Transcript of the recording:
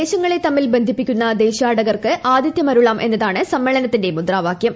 ദേശങ്ങളെ തമ്മിൽ ബന്ധിപ്പിക്കുന്നു ദേശാടകർക്ക് ആതിഥ്യമരുളാം എന്നതാണ് സമ്മേളനത്തിന്റെ മുദ്രാവാക്യം